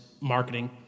marketing